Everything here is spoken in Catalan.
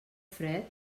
fred